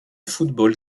football